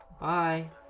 bye